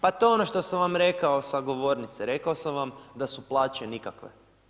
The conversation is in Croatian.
Pa to je ono što sam vam rekao sa govornice, rekao sam vam da su plaće nikakve.